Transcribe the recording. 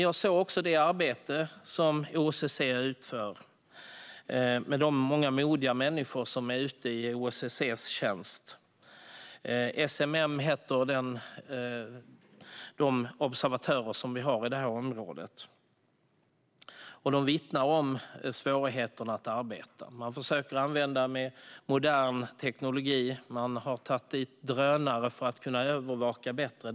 Jag såg också det arbete som OSSE utför med de många modiga människor som är ute i OSSE:s tjänst. De observatörer som vi har i detta område kallas SMM. De vittnar om svårigheterna att arbeta. Man försöker att använda modern teknologi, och man har tagit dit drönare för att kunna övervaka bättre.